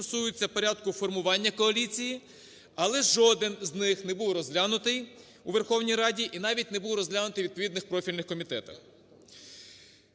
які стосуються порядку формування коаліції. Але жоден з них не був розглянутий у Верховній Раді і навіть не був розглянутий у відповідних профільних комітетах.